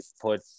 put